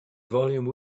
volume